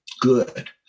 good